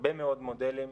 הרבה מאוד מודלים,